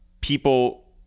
people